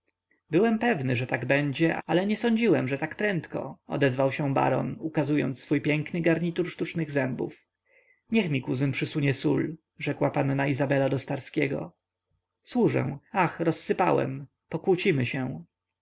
byłem pewny że tak będzie ale nie sądziłem że tak prędko odezwał się baron ukazując swój piękny garnitur sztucznych zębów niech mi kuzyn przysunie sól rzekła panna izabela do starskiego służę ach rozsypałem pokłócimy się